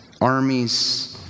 armies